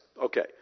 Okay